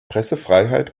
pressefreiheit